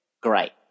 great